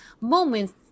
moments